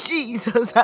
Jesus